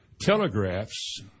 telegraphs